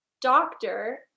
doctor